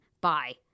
Bye